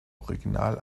original